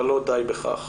אבל לא די בכך.